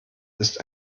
ist